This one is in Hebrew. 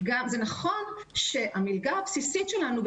זה נכון שהמלגה הבסיסית שלנו,